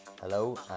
Hello